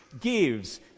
gives